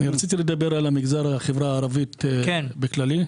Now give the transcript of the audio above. אני רציתי לדבר על החברה הערבית, בכללי.